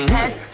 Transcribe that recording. Head